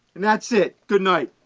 and thatis it, goodnight!